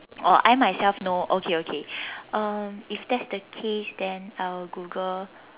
or I myself know okay okay um if that's the case then I will Google